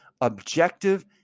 objective